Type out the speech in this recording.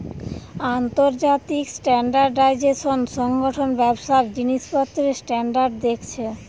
আন্তর্জাতিক স্ট্যান্ডার্ডাইজেশন সংগঠন ব্যবসার জিনিসপত্রের স্ট্যান্ডার্ড দেখছে